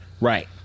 Right